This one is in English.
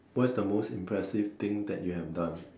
what is the most impressive things that you have done